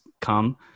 come